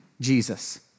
Jesus